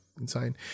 Insane